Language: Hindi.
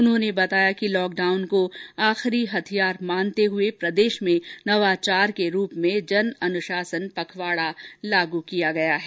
उन्होंने बताया कि लॉकडाउन को आखिरी हथियार मानते हुए प्रदेश में नवाचार के रूप में जन अनुशासन पखवाड़ा लागू किया गया है